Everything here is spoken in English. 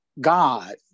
god